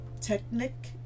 technic